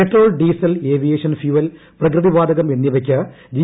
petrol diesel aviation fuel പ്രകൃതിവാതകം എന്നിവയ്ക്ക് G